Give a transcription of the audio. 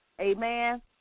Amen